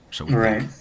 Right